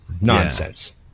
Nonsense